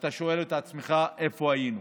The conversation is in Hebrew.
ואתה שואל את עצמך איפה היינו,